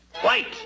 White